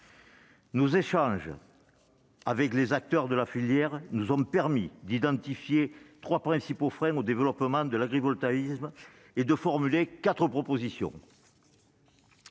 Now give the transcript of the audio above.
Nos échanges avec les acteurs de la filière nous ont permis d'identifier trois principaux freins au développement de l'agrivoltaïsme et de formuler quatre propositions.